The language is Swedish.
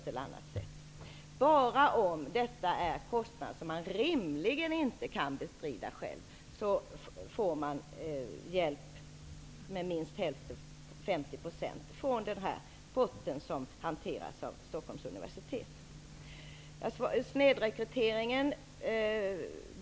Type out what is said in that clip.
Bara om det är fråga om kostnader som det rimligen inte går att bestrida själv går det att få hjälp med minst 50 % från den pott som hanteras av Stockholms universitet. Vidare har vi frågan om snedrekrytering.